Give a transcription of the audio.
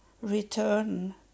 return